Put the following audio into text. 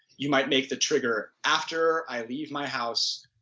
you might make the trigger after i leave my house,